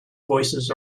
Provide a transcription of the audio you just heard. voices